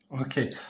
Okay